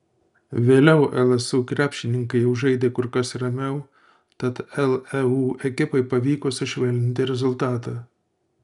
vėliau lsu krepšininkai jau žaidė kur kas ramiau tad leu ekipai pavyko sušvelninti rezultatą